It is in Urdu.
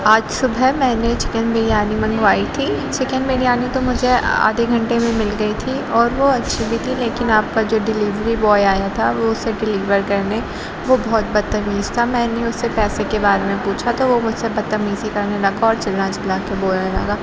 آج صُبح میں نے چکن بریانی منگوائی تھی چکن بریانی تو مجھے آدھے گھنٹے میں مل گئی تھی اور وہ اچھی بھی تھی لیکن آپ کا جو ڈیلیوری بوائے آیا تھا وہ اُسے ڈیلیور کرنے وہ بہت بدتمیز تھا میں نے اُس سے پیسے کے بارے میں پوچھا تو وہ مجھ سے بدتمیزی کر نے لگا اور چلا چلا کے بولنے لگا